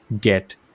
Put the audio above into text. get